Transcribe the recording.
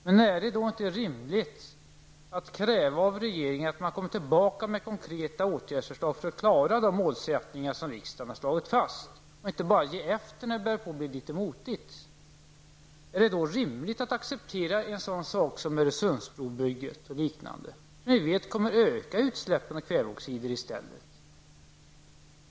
Men är det då inte rimligt att kräva av regeringen att den skall komma tillbaka med konkreta åtgärdsförslag för att vi skall kunna uppnå de mål som riksdagen har slagit fast? Man får inte ge efter när det börjar bli litet svårt. Är det rimligt att i det läget acceptera en sådan sak som Öresundsbrobygget, som vi vet kommer att öka utsläppen av kväveoxider?